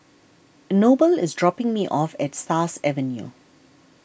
Noble is dropping me off at Stars Avenue